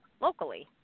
locally